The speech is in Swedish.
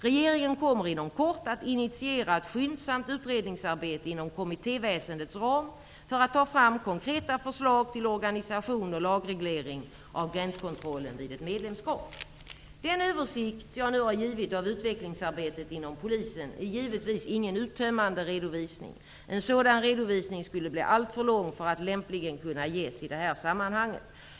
Regeringen kommer inom kort att initiera ett skyndsamt utredningsarbete inom kommittéväsendets ram för att ta fram konkreta förslag till organisation och lagreglering av gränskontrollen vid ett medlemskap. Den översikt jag nu har givit av utvecklingsarbetet inom polisen är givetvis ingen uttömmande redovisning. En sådan redovisning skulle bli alltför lång för att lämpligen kunna ges i det här sammanhanget.